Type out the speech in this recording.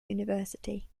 university